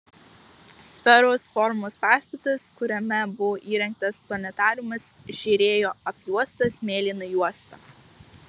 sferos formos pastatas kuriame buvo įrengtas planetariumas žėrėjo apjuostas mėlyna juosta